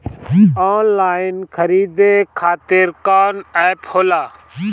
Online खरीदे खातीर कौन एप होला?